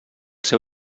seu